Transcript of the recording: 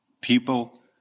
people